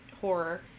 horror